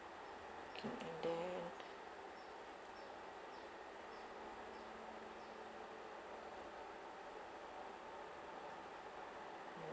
okay and then